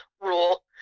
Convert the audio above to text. rule